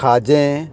खाजें